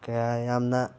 ꯀꯌꯥ ꯌꯥꯝꯅ